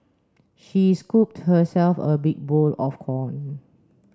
she scooped herself a big bowl of corn